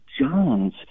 John's